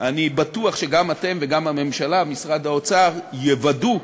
אני בטוח שגם אתם וגם הממשלה, משרד האוצר, יוודאו